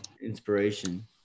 inspiration